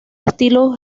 estilo